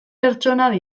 pertsonak